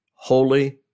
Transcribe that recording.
Holy